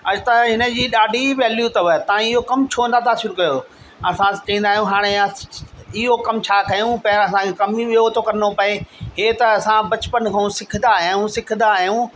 अॼु त हिनजी ॾाढी वेल्यू अथव ऐं इहो कमु छो नथां शुरू कयो असां स चईंदा आहियूं हाणे या इहो कमु छा कयूं पहिरां असांखे कम ई ॿियो थो करिणो पए इहे त असां बचपन खां सिखंदा आया आहियूं सिखंदा आया आहियूं